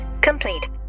complete